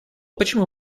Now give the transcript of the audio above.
почему